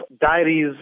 diaries